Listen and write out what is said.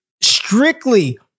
strictly